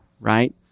right